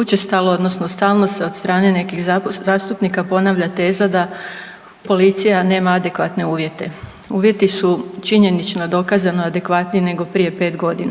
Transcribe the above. Učestalo odnosno stalno od strane nekih zastupnika ponavlja teza da policija nema adekvatne uvjete. Uvjeti su činjenično dokazano adekvatniji nego prije 5.g..